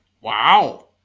Wow